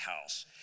house